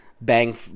bang